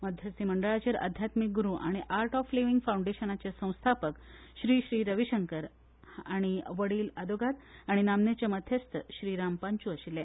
मध्यस्ती मंडळाचेर अध्यात्मीक ग्रू आनी आर्ट ऑफ लिवींग फावंडेशनाचे संस्थापक श्री श्री रवीशंकर आनी वडील वकील आनी नामनेचे मध्यस्त श्रीराम पंचू आशिल्ले